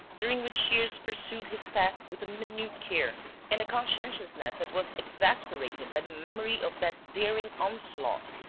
during which shears pursued his task with a minute care and a conscientiousness that was exasperated by the memory of that daring onslaught,